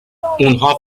اونها